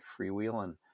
freewheeling